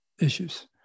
issues